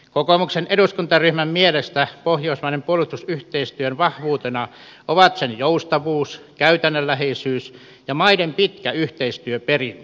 kokoomuksen eduskuntaryhmän mielestä pohjoismaisen puolustusyhteistyön vahvuutena ovat sen joustavuus käytännönläheisyys ja maiden pitkä yhteistyöperinne